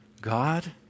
God